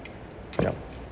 yup